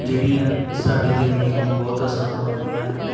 ਜਿਹੜੀਆਂ ਸਾਡੀ ਜ਼ਿੰਦਗੀ ਨੂੰ ਬਹੁਤ ਅਸਾਨ ਬਣਾਉਂਦੀਆਂ ਹਨ